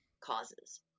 causes